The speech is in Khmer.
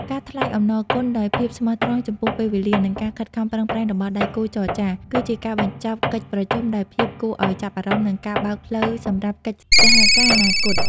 ការថ្លែងអំណរគុណដោយភាពស្មោះត្រង់ចំពោះពេលវេលា និងការខិតខំប្រឹងប្រែងរបស់ដៃគូចរចា គឺជាការបញ្ចប់កិច្ចប្រជុំដោយភាពគួរឱ្យចាប់អារម្មណ៍ និងជាការបើកផ្លូវសម្រាប់កិច្ចសហការអនាគត។